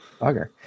Bugger